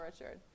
Richard